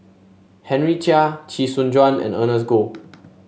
Henry Chia Chee Soon Juan and Ernest Goh